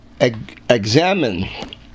examine